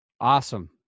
Awesome